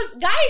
guys